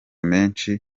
menshi